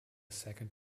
second